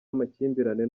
amakimbirane